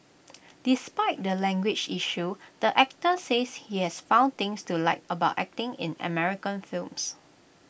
despite the language issue the actor says he has found things to like about acting in American films